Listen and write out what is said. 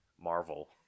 Marvel